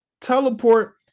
teleport